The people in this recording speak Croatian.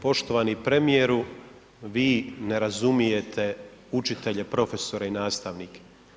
Poštovani premijeru, vi ne razumijete učitelje, profesore i nastavnike.